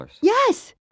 Yes